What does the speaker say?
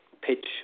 pitch